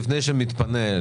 לפני שמתפנה,